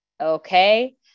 Okay